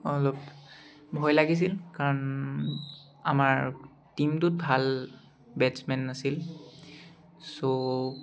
অলপ ভয় লাগিছিল কাৰণ আমাৰ টীমটোত ভাল বেটছমেন নাছিল ছ'